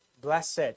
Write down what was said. blessed